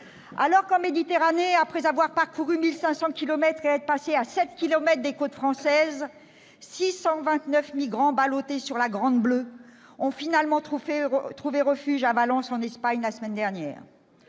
compris. En Méditerranée, après avoir parcouru 1 500 kilomètres et être passés à 7 kilomètres des côtes françaises, 629 migrants, ballottés sur la « grande bleue », ont finalement trouvé refuge à Valence, en Espagne, la semaine dernière.